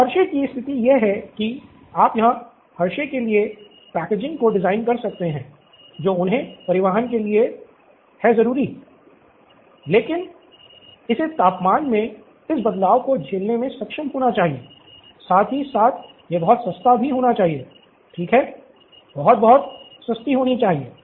तो हर्षे की स्थिति यह है कि - यहाँ आप हर्षे के लिए पैकेजिंग को डिज़ाइन कर सकते हैं जो उन्हें परिवहन के लिए है ज़रूरी हैं लेकिन इसे तापमान में इस बदलाव को झेलने में सक्षम होना चाहिए साथ ही साथ यह बहुत सस्ता भी होना चाहिए ठीक है बहुत बहुत सस्ती होनी चाहिए